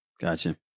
Gotcha